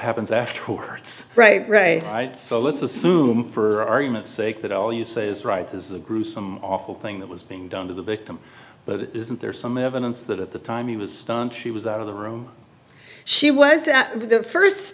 happens afterwards right right right so let's assume for argument's sake that all you say is right this is a gruesome awful thing that was being done to the victim but isn't there some evidence that at the time he was stunned she was out of the room she was at the